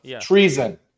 Treason